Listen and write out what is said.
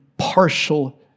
Partial